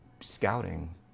scouting